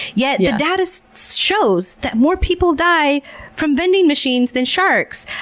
yet the data so shows that more people die from vending machines than sharks,